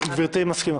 גברתי מסכימה?